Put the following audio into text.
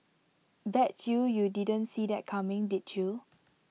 bet you you didn't see that coming did you